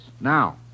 Now